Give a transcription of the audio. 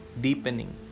deepening